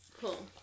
Cool